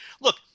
look